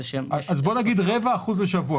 בואו נגיד 0.25% לשבוע.